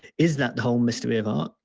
is that the whole mystery of art?